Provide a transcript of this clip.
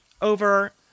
over